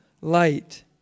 light